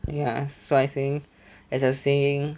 ya so I think as a saying